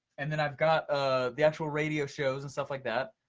and then i've got ah the actual radio shows, and stuff like that,